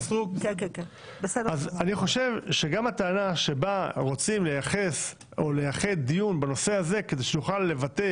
אני חושב שגם הטענה שבה רוצים לייחד דיון בנושא הזה כדי שנוכל לבטא